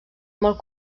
molt